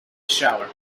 shower